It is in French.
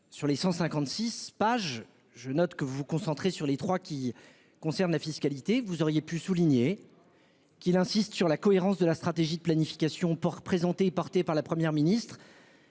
sur les 156 pages. Je note que vous vous concentrez sur les trois qui concerne la fiscalité, vous auriez pu souligner. Qu'il insiste sur la cohérence de la stratégie de planification pour. Portée par la Première ministre.